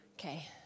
Okay